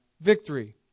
victory